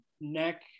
neck